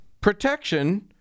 protection